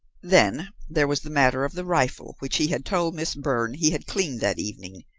then there was the matter of the rifle, which he had told miss byrne he had cleaned that evening,